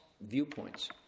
viewpoints